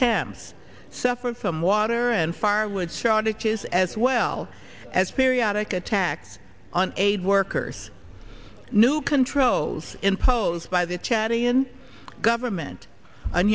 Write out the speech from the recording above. camps suffer from water and fire wood shortages as well as periodic attacks on aid workers new controls imposed by the chad ian government and